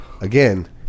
Again